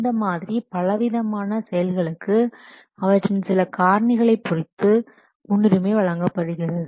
இந்த மாதிரி பல விதமான செயல்களுக்கு அவற்றின் சில காரணிகளை பொறுத்து முன்னுரிமை வழங்கப்படுகிறது